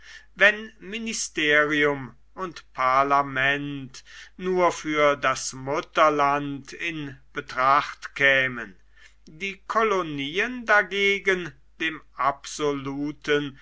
wenn ministerium und parlament nur für das mutterland in betracht kämen die kolonien dagegen dem absoluten